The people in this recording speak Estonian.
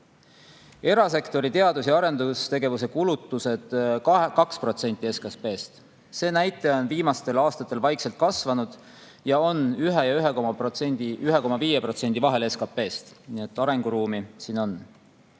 Erasektori teadus- ja arendustegevuse kulutused 2% SKP‑st – see näitaja on viimastel aastatel vaikselt kasvanud ning on 1% ja 1,5% SKP-st vahel, nii et arenguruumi siin on.